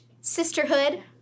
sisterhood